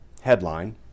Headline